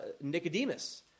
Nicodemus